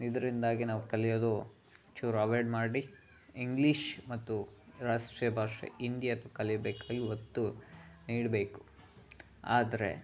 ಇದರಿಂದಾಗಿ ನಾವು ಕಲಿಯೋದು ಚೂರು ಅವಾಯ್ಡ್ ಮಾಡಿ ಇಂಗ್ಲೀಷ್ ಮತ್ತು ರಾಷ್ಟ್ರೀಯ ಭಾಷೆ ಹಿಂದಿಯನ್ನು ಕಲಿಯಬೇಕಾಗಿ ಒತ್ತು ನೀಡಬೇಕು ಆದರೆ